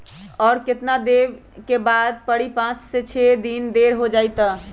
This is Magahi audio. और केतना देब के परी पाँच से छे दिन देर हो जाई त?